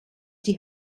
die